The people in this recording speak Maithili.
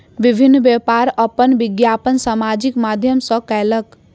विभिन्न व्यापार अपन विज्ञापन सामाजिक माध्यम सॅ कयलक